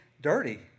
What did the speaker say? dirty